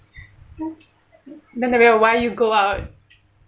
no no no why you go out